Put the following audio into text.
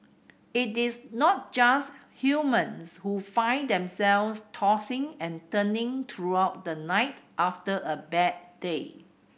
it is not just humans who find themselves tossing and turning throughout the night after a bad day